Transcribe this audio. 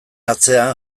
atzean